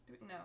No